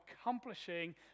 accomplishing